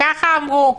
ככה אמרו,